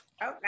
Okay